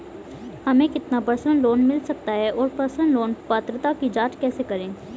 हमें कितना personal loan मिल सकता है और पर्सनल लोन पात्रता की जांच कैसे करें?